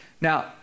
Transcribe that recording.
Now